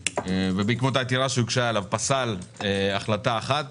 ובעקבות העתקרה שהוגשה אליו פסל החלטה אחת